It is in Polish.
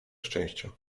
szczęścia